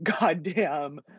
goddamn